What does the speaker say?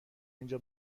اینجا